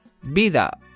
Vida